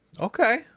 Okay